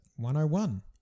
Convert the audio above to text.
101